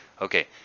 okay